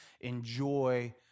enjoy